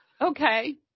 Okay